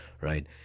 right